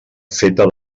feta